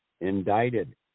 Indicted